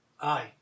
Aye